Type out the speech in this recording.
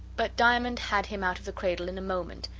but diamond had him out of the cradle in a moment,